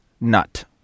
Nut